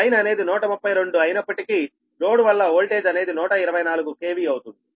line అనేది 132 అయినప్పటికీ load వల్ల ఓల్టేజ్ అనేది 124 KV అవుతుంది